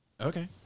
Okay